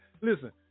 listen